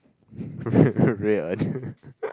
red one